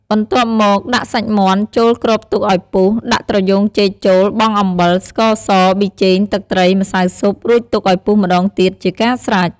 បន្ទាប់មក ដាក់សាច់មាន់ ចូលគ្របទុកអោយពុះ ដាក់ត្រយូងចេកចូល បង់អំបិល ស្ករស ប៊ីចេង ទឹកត្រី ម្សៅស៊ុប រួចទុកអោយពុះម្ដងទៀតជាការស្រេច។